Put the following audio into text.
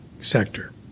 sector